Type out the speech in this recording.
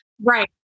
Right